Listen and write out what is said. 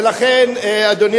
ולכן, אדוני